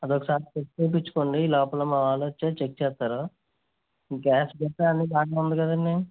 అదొకసారి చెక్ చేయించుకోండి ఈలోపల మా వాళ్లు వచ్చి చెక్ చేస్తారు ఈ గ్యాస్ గట్ర అన్ని బాగానే ఉంది కదండి